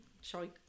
showing